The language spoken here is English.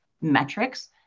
metrics